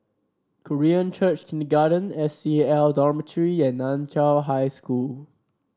Korean Church Kindergarten S C A L Dormitory and Nan Chiau High School